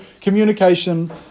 communication